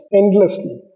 endlessly